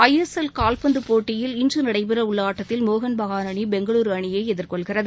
ஐ S L காவ்பந்து போட்டியில் இன்று நடைபெறவுள்ள ஆட்டத்தில் மோகன் பெகான் அணி பெங்களுரு அணியை எதிர்கொள்கிறது